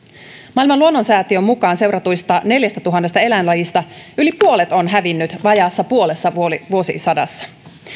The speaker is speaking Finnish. maailman luonnonsäätiön mukaan seuratuista neljästätuhannesta eläinlajista yli puolet on hävinnyt vajaassa puolessa vuosisadassa